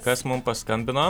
kas mum paskambino